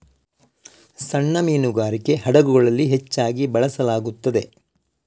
ಸಣ್ಣ ಮೀನುಗಾರಿಕೆ ಹಡಗುಗಳಲ್ಲಿ ಹೆಚ್ಚಾಗಿ ಬಳಸಲಾಗುತ್ತದೆ